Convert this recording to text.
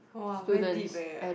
!wah! very deep eh